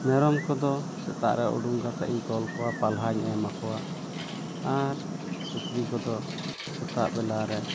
ᱢᱮᱨᱚᱢ ᱠᱚᱫᱚ ᱥᱮᱛᱟᱜᱨᱮ ᱩᱰᱩᱝ ᱠᱟᱛᱮᱫ ᱤᱧ ᱛᱚᱞ ᱠᱚᱣᱟ ᱯᱟᱞᱦᱟᱧ ᱮᱢᱟ ᱟᱠᱚᱣᱟ ᱟᱨ ᱥᱩᱠᱨᱤ ᱠᱚᱫᱚ ᱥᱮᱛᱟᱜ ᱵᱮᱞᱟᱨᱮ